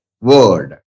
word